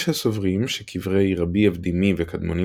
יש הסוברים שקברי רבי אבדימי וקדמונים